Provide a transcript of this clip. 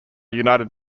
united